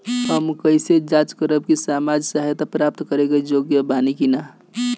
हम कइसे जांच करब कि सामाजिक सहायता प्राप्त करे के योग्य बानी की नाहीं?